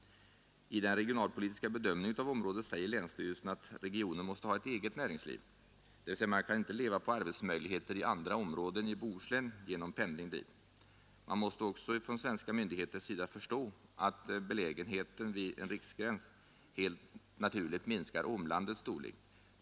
I den regionalpolitis ka bedömningen av området säger länsstyrelsen att regionen måste ha ett eget näringsliv, dvs. man kan inte leva på arbetsmöjligheter i andra områden i Bohuslän genom pendling dit. De svenska myndigheterna måste också förstå att belägenheten vid en riksgräns helt naturligt kar omlandets storlek.